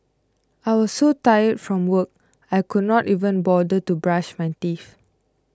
I was so tired from work I could not even bother to brush my teeth